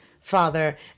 father